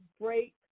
break